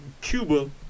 Cuba